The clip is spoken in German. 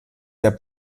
der